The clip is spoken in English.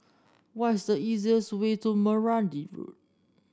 what is the easiest way to Meranti Road